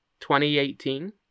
2018